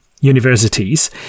universities